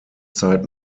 zeit